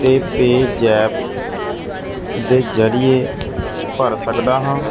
ਤੇ ਪੇਜੈਪ ਦੇ ਜਰੀਏ ਭਰ ਸਕਦਾ ਹਾਂ